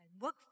work